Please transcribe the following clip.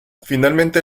finalmente